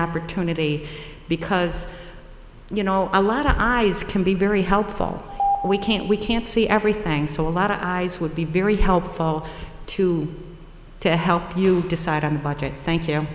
opportunity because you know a lot of eyes can be very helpful we can't we can't see everything so a lot of guys would be very helpful to to help you decide on budget thank you